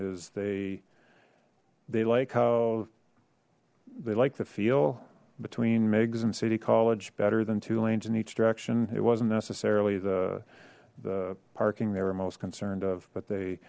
is they they like how they like the feel between meg's and city college better than two lanes in each direction it wasn't necessarily the the parking they were most concerned of but they